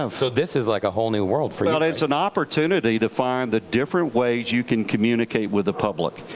and so this is like a whole new world for you. and and it's an opportunity to find the different ways you can communicate with the public.